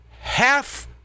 half